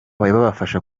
babafasha